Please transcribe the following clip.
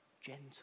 gentle